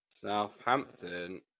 Southampton